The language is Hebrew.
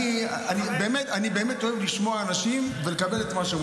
אני באמת אוהב לשמוע אנשים ולקבל את מה שהם